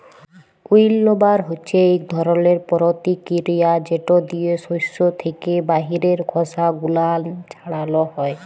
উইল্লবার হছে ইক ধরলের পরতিকিরিয়া যেট দিয়ে সস্য থ্যাকে বাহিরের খসা গুলান ছাড়ালো হয়